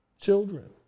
children